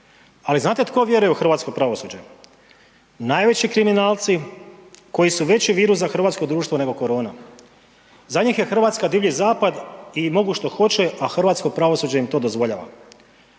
Ali znate tko vjeruje u hrvatsko pravosuđe? Najveći kriminalci koji su veći virus za hrvatsko društvo nego korona, za njih je Hrvatska Divlji zapad i mogu što hoće, a hrvatsko pravosuđe im to dozvoljava.